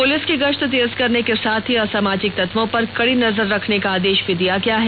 police की गश्त तेज करने के साथ ही असामाजिक तत्वों पर कड़ी नजर रखने का आदेश भी दिया गया है